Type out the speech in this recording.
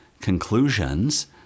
conclusions